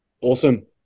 Awesome